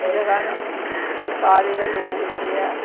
जगह न उत्थे सारे गै लोक जेह्ड़े ऐ